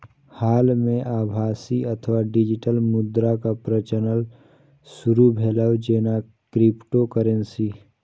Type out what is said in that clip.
हाल मे आभासी अथवा डिजिटल मुद्राक प्रचलन शुरू भेलै, जेना क्रिप्टोकरेंसी